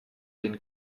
den